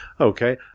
Okay